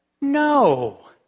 No